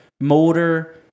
motor